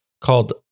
called